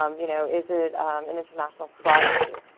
um you know is it an international fraud issue?